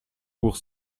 pour